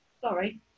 sorry